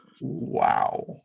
Wow